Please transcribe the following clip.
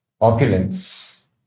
Opulence